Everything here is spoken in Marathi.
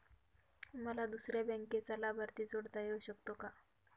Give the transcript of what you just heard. मला दुसऱ्या बँकेचा लाभार्थी जोडता येऊ शकतो का?